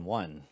one